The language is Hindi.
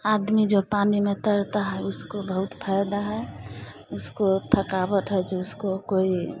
आदमी जो पानी में तैरता है उसको बहुत फायदा है उसको थकावट है जो उसको कोई